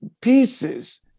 pieces